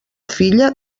filla